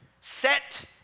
set